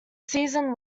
season